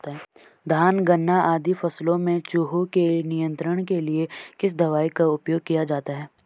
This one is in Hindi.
धान गन्ना आदि फसलों में चूहों के नियंत्रण के लिए किस दवाई का उपयोग किया जाता है?